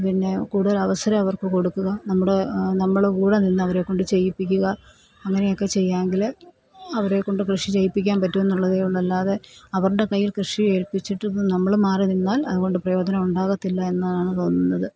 പിന്നെ കൂട്തൽ അവസരം അവർക്ക് കൊടുക്കുക നമ്മുടെ നമ്മൾ കൂടെ നിന്നു അവരെ കൊണ്ട് ചെയ്യിപ്പിക്കുക അങ്ങനെയൊക്കെ ചെയ്യാമെങ്കിൽ അവരെക്കൊണ്ട് കൃഷി ചെയ്യിപ്പിക്കാൻ പറ്റുമെന്നുള്ളതേ ഉള്ളൂ അല്ലാതെ അവരുടെ കൈയിൽ കൃഷി ഏൽപിച്ചിട്ട് നമ്മൾ മാറി നിന്നാൽ അത് കൊണ്ട് പ്രയോജനമുണ്ടാകത്തില്ല എന്നാണ് തോന്നുന്നത്